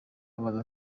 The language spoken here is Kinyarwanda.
abaza